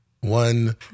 one